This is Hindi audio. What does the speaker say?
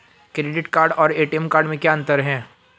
क्रेडिट कार्ड और ए.टी.एम कार्ड में क्या अंतर है?